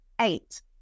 eight